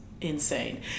insane